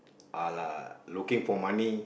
!alah! looking for money